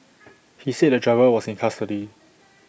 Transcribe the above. he said the driver was in custody